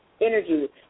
energy